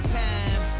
time